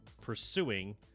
pursuing